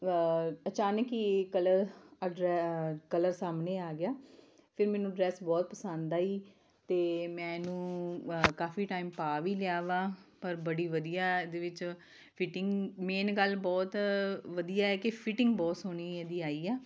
ਅਚਾਨਕ ਹੀ ਇਹ ਕਲਰ ਕਲਰ ਸਾਹਮਣੇ ਆ ਗਿਆ ਫਿਰ ਮੈਨੂੰ ਡਰੈੱਸ ਬਹੁਤ ਪਸੰਦ ਆਈ ਅਤੇ ਮੈਂ ਇਹਨੂੰ ਕਾਫੀ ਟਾਈਮ ਪਾ ਵੀ ਲਿਆ ਵਾ ਪਰ ਬੜੀ ਵਧੀਆ ਇਹਦੇ ਵਿੱਚ ਫਿਟਿੰਗ ਮੇਨ ਗੱਲ ਬਹੁਤ ਵਧੀਆ ਹੈ ਕਿ ਫਿਟਿੰਗ ਬਹੁਤ ਸੋਹਣੀ ਇਹਦੀ ਆਈ ਆ